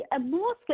Mostly